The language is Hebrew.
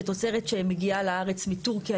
של תוצרת שמגיעה לארץ מטורקיה,